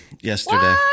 yesterday